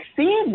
see